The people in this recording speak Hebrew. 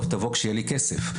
טוב תבוא כשיהיה לי כסף,